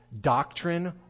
doctrine